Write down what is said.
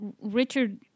Richard